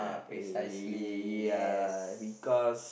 uh ya because